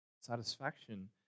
satisfaction